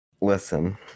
Listen